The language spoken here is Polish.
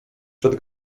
przed